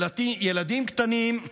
"ילדים קטנים,